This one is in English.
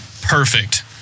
perfect